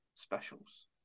specials